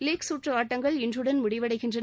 league சுற்று ஆட்டங்கள் இன்றுடன் முடிவடைகின்றன